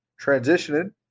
transitioning